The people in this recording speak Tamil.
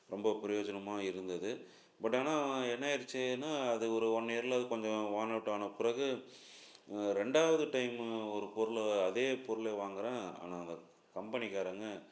ரொம்ப பிரயோஜனமாக இருந்தது பட் ஆனால் என்ன ஆகிருச்சுனா அது ஒரு ஒன் இயரில் அது கொஞ்சம் வார்ன் அவுட் ஆன பிறகு ரெண்டாவது டைமு ஒரு பொருள் அதே பொருளை வாங்குகிறேன் ஆன் ஆகாது கம்பெனிக்காரங்க